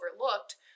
overlooked